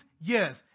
Yes